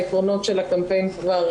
העקרונות של הקמפיין כבר